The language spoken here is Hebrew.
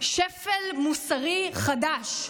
שפל מוסרי חדש.